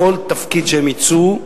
בכל תפקיד שהם יצאו,